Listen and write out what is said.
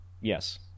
Yes